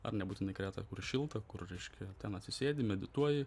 ar nebūtinai kretą kur šilta kur reiškia ten atsisėdi medituoji